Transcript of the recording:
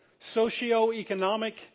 socioeconomic